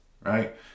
right